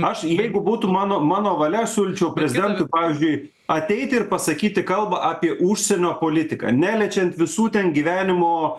aš jeigu būtų mano mano valia aš siūlyčiau prezidentui pavyzdžiui ateiti ir pasakyti kalbą apie užsienio politiką neliečiant visų ten gyvenimo